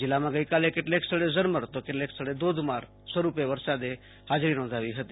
જિલ્લામાં ગઈકાલે કેટલાક સ્થળે ઝરમર તો કેટલાક સ્થળે ધોધમાર સ્વરૂપે મેઘરાજાએ હાજરી નોંધાવી હતી